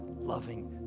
loving